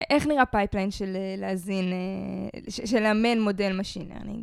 איך נראה פייפליין של להזין… של לאמן מודל machine learning?